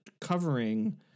covering